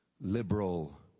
liberal